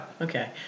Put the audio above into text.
Okay